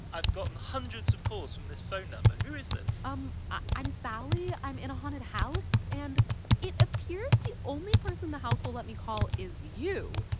i've gotten hundreds of calls from this phone number. who is this? i'm i'm sally. i'm in a haunted house, and it appears the only person the house will let me call is you.